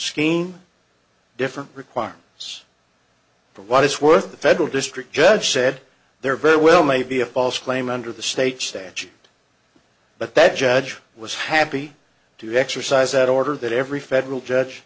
scheme different requirements for what it's worth the federal district judge said there very well may be a false claim under the state statute but that judge was happy to exercise that order that every federal judge